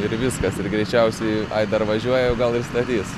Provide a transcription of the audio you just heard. ir viskas ir greičiausiai ai dar važiuoja o gal ir statys